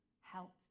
helped